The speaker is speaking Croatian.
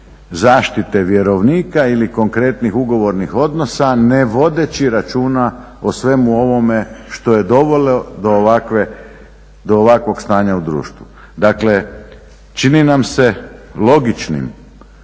zaštite vjerovnika ili konkretnih ugovornih obveza ne vodeći računa o svemu ovome što je dovelo do ovakvog stanja u društvu. Dakle, čini nam se logičnim